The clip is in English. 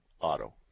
Auto